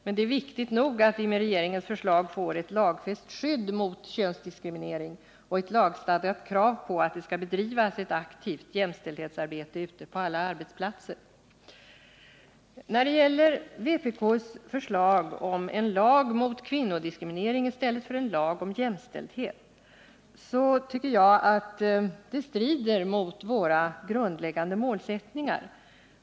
Men det är viktigt nog att vi, om vi genomför regeringens förslag, får ett lagfäst skydd mot könsdiskriminering och ett lagstadgat krav på att det skall bedrivas ett aktivt jämställdhetsarbete ute på alla arbetsplatser. Jag tycker att vpk:s förslag om en lag mot kvinnodiskriminering i stället för en lag om jämställdhet strider mot våra grundläggande mål.